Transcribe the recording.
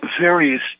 various